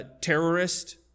terrorist